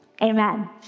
Amen